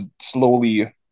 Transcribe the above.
slowly